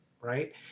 right